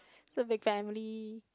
so big family